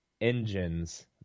engines